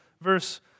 verse